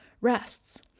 rests